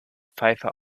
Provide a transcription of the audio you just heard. pfeife